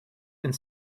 and